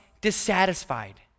dissatisfied